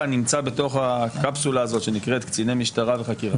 נמצאות בתוך הקפסולה הזאת שנקראת קציני משטרה וחקירה.